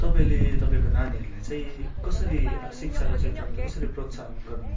तपाईँले तपाईँको नानीहरूलाई चाहिँ कसरी शिक्षाको छेत्रमा कसरी प्रोत्साहन गर्नु हुन्छ